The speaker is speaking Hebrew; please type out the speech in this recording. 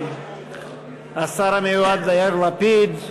השר המיועד יאיר לפיד.